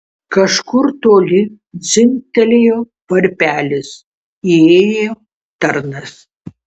kažkur toli dzingtelėjo varpelis įėjo tarnas